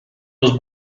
los